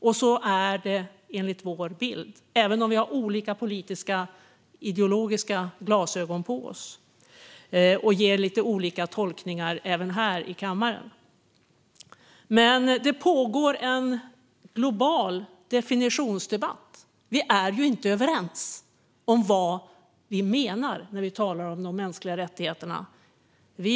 Så är det enligt vår bild, även om vi har olika politiska, ideologiska glasögon på oss och ger lite olika tolkningar även här i kammaren. Men det pågår en global definitionsdebatt. Vi är ju inte överens om vad vi menar när vi talar om de mänskliga rättigheterna.